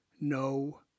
no